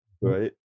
Right